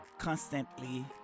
Constantly